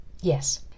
Yes